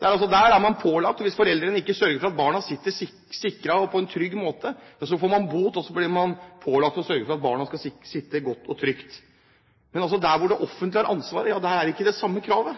Der er man pålagt dette. Hvis man ikke sørger for at barna sitter sikret og på en trygg måte, får man bot og blir pålagt å sørge for at barna sitter godt og trygt. Men der det offentlige har ansvaret, er det ikke det samme kravet.